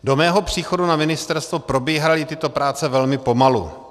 Do mého příchodu na ministerstvo probíhaly tyto práce velmi pomalu.